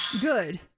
good